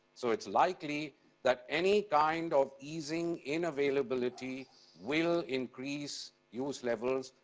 so it's likely that any kind of easing in availability will increase use levels,